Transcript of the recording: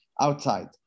outside